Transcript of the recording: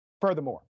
Furthermore